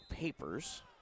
Papers